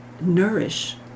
nourish